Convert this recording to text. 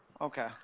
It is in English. Okay